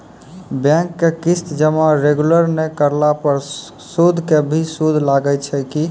Bank के किस्त जमा रेगुलर नै करला पर सुद के भी सुद लागै छै कि?